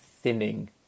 thinning